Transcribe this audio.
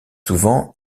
souvent